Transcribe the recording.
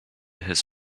his